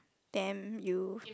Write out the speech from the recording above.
damn you